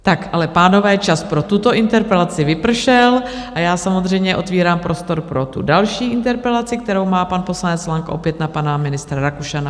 Tak ale pánové, čas pro tuto interpelaci vypršel, a já samozřejmě otevírám prostor pro tu další interpelaci, kterou má pan poslanec Lang opět na pana ministra Rakušana.